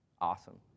Awesome